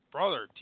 Brother